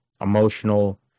emotional